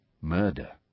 murder